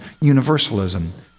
universalism